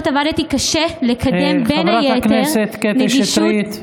חברת הכנסת קטי שטרית.